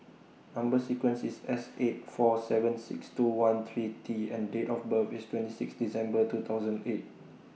Number sequence IS S eight four seven six two one three T and Date of birth IS twenty six December two thousand eight